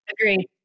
Agree